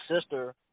sister